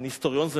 אני היסטוריון,